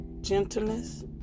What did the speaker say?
gentleness